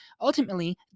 Ultimately